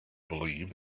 believe